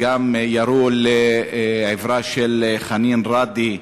גם ירו לעברה של חנין ראדי,